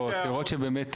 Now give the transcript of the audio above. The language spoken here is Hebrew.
לראות שבאמת,